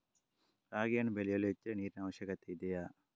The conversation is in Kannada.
ರಾಗಿಯನ್ನು ಬೆಳೆಯಲು ಹೆಚ್ಚಿನ ನೀರಿನ ಅವಶ್ಯಕತೆ ಇದೆಯೇ?